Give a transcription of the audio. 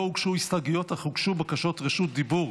לא הוגשו הסתייגויות אך הוגשו בקשות רשות דיבור,